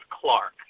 Clark